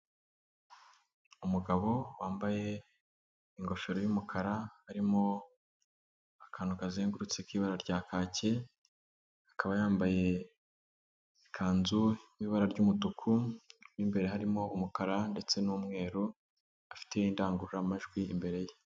Umugabo wambaye ingofero y'umukara, harimo akantu kazengurutse k'ibara rya kake, akaba yambaye ikanzu y'ibara ry'umutuku mo imbere harimo umukara ndetse n'umweru, afite indangururamajwi imbere ye.